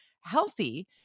healthy